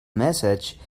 message